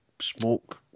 smoke